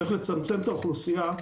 איך לצמצם את האוכלוסייה,